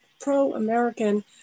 pro-American